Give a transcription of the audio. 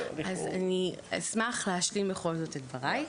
אז אני אשמח להשלים בכל זאת את דבריי.